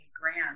grand